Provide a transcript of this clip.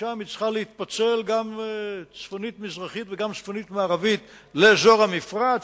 משם הוא צריך להתפצל גם צפונית-מזרחית וגם צפונית-מערבית לאזור המפרץ,